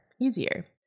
Easier